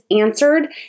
answered